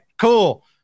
cool